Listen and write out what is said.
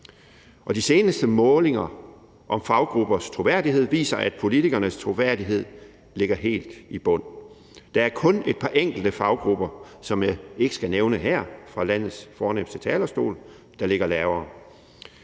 de seneste målinger om faggruppers troværdighed viser, at politikernes troværdighed ligger helt i bund; der er kun et par enkelte faggrupper, som jeg ikke skal nævne her fra landets fornemste talerstol, der ligger lavere.